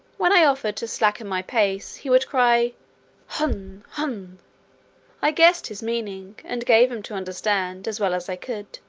when i offered to slacken my pace, he would cry hhuun hhuun um i guessed his meaning, and gave him to understand, as well as i could,